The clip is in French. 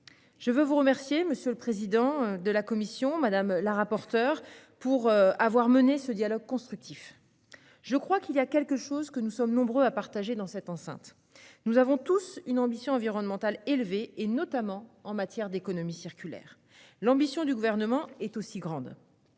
Je veux vous remercier, monsieur le président de la commission, madame la rapporteure, d'avoir mené ce dialogue constructif. Il y a quelque chose que nous sommes nombreux à partager dans cette enceinte. Nous avons tous une ambition environnementale élevée, notamment en matière d'économie circulaire. L'ambition du Gouvernement est aussi grande.